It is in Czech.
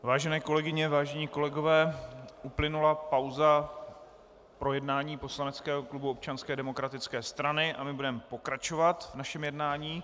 Vážené kolegyně, vážení kolegové, uplynula pauza pro jednání poslaneckého klubu Občanské demokratické strany a my budeme pokračovat v našem jednání.